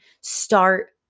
start